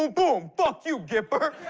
boom, boom! fuck you, gipper.